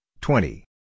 twenty